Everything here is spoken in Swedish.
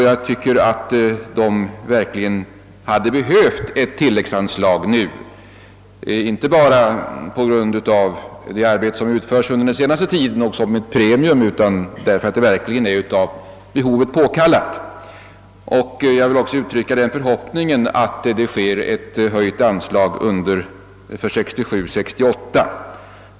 Jag tycker verkligen att det behövs ett tillläggsanslag nu, inte bara som premium för det arbete som organisationen utfört under den senaste tiden utan därför att ett högre anslag är av behovet påkallat. Jag uttrycker också förhoppningen att det måtte utgå ett förhöjt anslag för 1967/68.